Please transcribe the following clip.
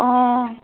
অঁ